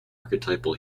archetypal